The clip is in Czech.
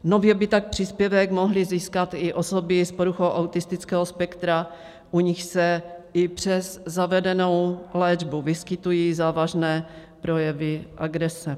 Nově by tak příspěvek mohly získat i osoby s poruchou autistického spektra, u nichž se i přes zavedenou léčbu vyskytují závažné projevy agrese.